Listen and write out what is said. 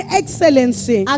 excellency